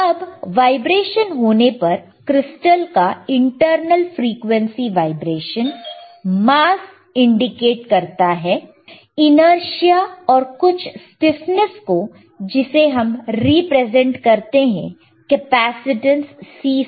अब वाइब्रेशन होने पर क्रिस्टल का internal frequency vibration mass indicate करता है इनअर्शिया और कुछ स्टीफनेस को जिसे हम रिप्रेजेंट करते हैं कैपेसिटेंस C से